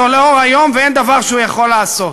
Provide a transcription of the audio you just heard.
לאור היום ואין דבר שהוא יכול לעשות.